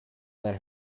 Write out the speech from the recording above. let